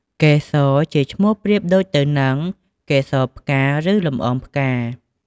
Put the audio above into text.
កេសរ ជាឈ្មោះប្រៀបប្រដូចទៅនឹងកេសរផ្កា ឬលំអងផ្កា។